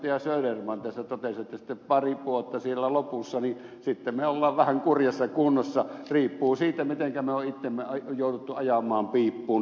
söderman tässä totesi että sitten pari vuotta siellä lopussa me olemme vähän kurjassa kunnossa riippuen siitä mitenkä me olemme itsemme joutuneet ajamaan piippuun